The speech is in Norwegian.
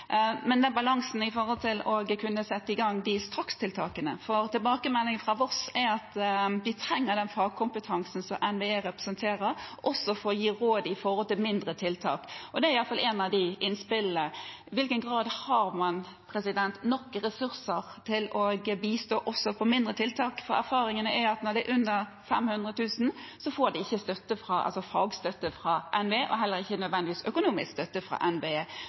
men til balansen og det å kunne sette i gang strakstiltakene: Tilbakemeldingene fra Voss er at de trenger den fagkompetansen som NVE representerer, også for å gi råd om mindre tiltak. Det er i hvert fall et av innspillene. I hvilken grad har man nok ressurser til å bistå også ved mindre tiltak? Erfaringene er at når det er under 500 000 kr, får man ikke fagstøtte fra NVE og heller ikke nødvendigvis økonomisk støtte fra